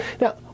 now